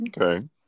Okay